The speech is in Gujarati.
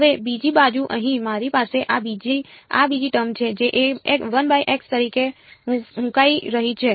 હવે બીજી બાજુ અહીં મારી પાસે આ બીજી આ બીજી ટર્મ છે જે 1x તરીકે ફૂંકાઈ રહી છે